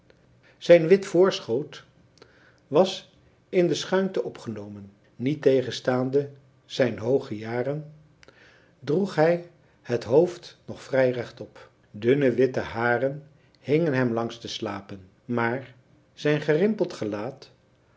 zijn wit voorschoot was in de schuinte opgenomen niettegenstaande zijn hooge jaren droeg hij het hoofd nog vrij rechtop dunne witte haren hingen hem langs de slapen maar zijn gerimpeld gelaat